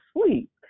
sleep